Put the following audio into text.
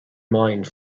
mind